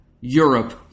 Europe